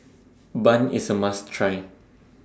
Bun IS A must Try